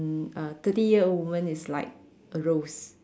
um uh thirty year old woman is like a rose